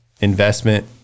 investment